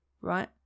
Right